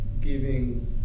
giving